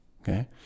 okay